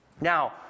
Now